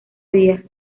día